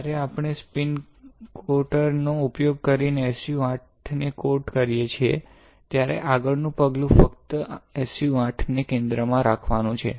જ્યારે આપણે spin coater નો ઉપયોગ કરીને SU 8 ને કોટ કરીએ છીએ ત્યારે આગળનું પગલું ફક્ત SU 8 ને કેન્દ્રમાં રાખવાનું છે